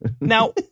now